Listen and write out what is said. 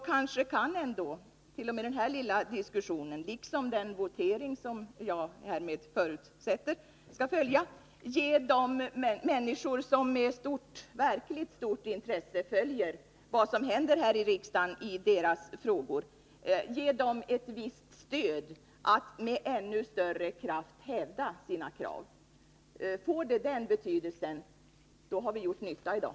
Kanske kan ändå. o. m. den här lilla diskussionen, liksom den votering som jag kommer att begära, ge de människor som med verkligt stort intresse följer vad som händer här i riksdagen i deras frågor ett visst stöd för att med ännu större kraft hävda sina krav. Får diskussionen här den betydelsen har vi gjort nytta i dag.